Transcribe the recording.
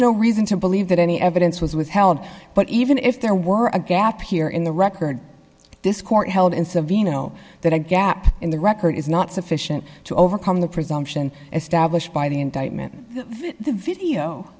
no reason to believe that any evidence was withheld but even if there were a gap here in the record this court held in savina no that a gap in the record is not sufficient to overcome the presumption established by the indictment the video